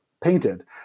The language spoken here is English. painted